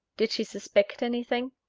did she suspect anything?